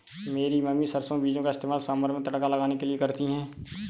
मेरी मम्मी सरसों बीजों का इस्तेमाल सांभर में तड़का लगाने के लिए करती है